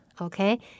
Okay